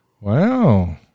Wow